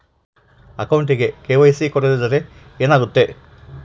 ಅಕೌಂಟಗೆ ಕೆ.ವೈ.ಸಿ ಕೊಡದಿದ್ದರೆ ಏನಾಗುತ್ತೆ?